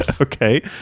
Okay